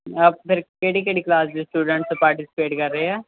ਫਿਰ ਕਿਹੜੀ ਕਿਹੜੀ ਕਲਾਸ ਦੇ ਸਟੂਡੈਂਟਸ ਪਾਰਟੀਸਪੇਟ ਕਰ ਰਹੇ ਆ